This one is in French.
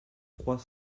trois